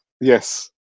Yes